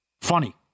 funny